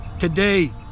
today